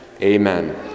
Amen